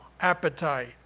appetite